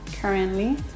currently